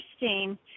interesting